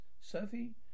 Sophie